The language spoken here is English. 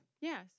Yes